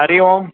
हरिः ओम्